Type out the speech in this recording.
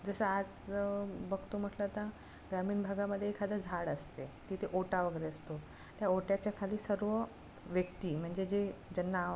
जसं आज बघतो म्हटलं तर ग्रामीण भागामध्ये एखादं झाड असते तिथे ओटा वगैरे असतो त्या ओट्याच्या खाली सर्व व्यक्ती म्हणजे जे ज्यांना